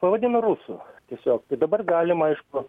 pavadino rusų tiesiog tai dabar galima aišku